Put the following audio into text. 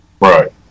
Right